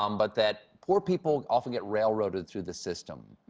um but that poor people often get railroaded through the system.